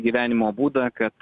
gyvenimo būdą kad